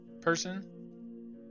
person